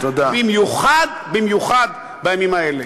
במיוחד במיוחד בימים האלה.